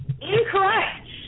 Incorrect